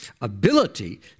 ability